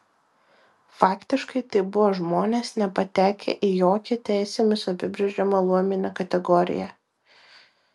faktiškai tai buvo žmonės nepatekę į jokią teisėmis apibrėžiamą luominę kategoriją